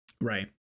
Right